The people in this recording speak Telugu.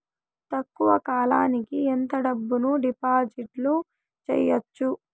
తక్కువ కాలానికి ఎంత డబ్బును డిపాజిట్లు చేయొచ్చు?